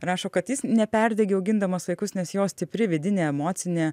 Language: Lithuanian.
rašo kad jis neperdegė augindamas vaikus nes jo stipri vidinė emocinė